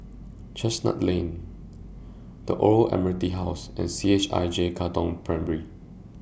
Chestnut Lane The Old Admiralty House and CHIJ Katong Primary